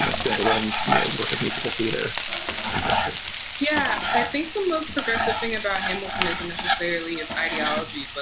know, stand a little and you know work of musical theater in history yeah. i think the most progressive thing about hamilton isn't necessarily its ideology,